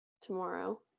tomorrow